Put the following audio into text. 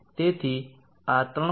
તેથી આ 3